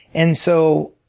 and so